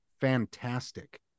fantastic